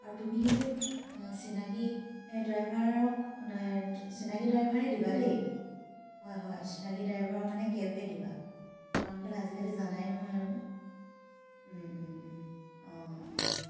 আৰু তুমি কিন্তু চিনাকি ড্ৰাইভাৰক হেৰি চিনাকি ড্ৰাইভাৰে দিবা দেই হয় হয় চিনাকি ড্ৰাইভাৰৰ মানে কেবহে দিবা আনকালে আজিকালি জানাই নহয় আৰু